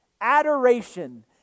Adoration